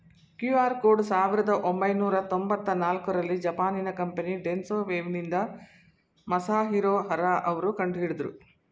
QR code ಸಾವಿರದ ಒಂಬೈನೂರ ತೊಂಬತ್ತ ನಾಲ್ಕುರಲ್ಲಿ ಜಪಾನಿನ ಕಂಪನಿ ಡೆನ್ಸೊ ವೇವ್ನಿಂದ ಮಸಾಹಿರೊ ಹರಾ ಅವ್ರು ಕಂಡುಹಿಡಿದ್ರು